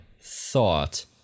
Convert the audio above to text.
thought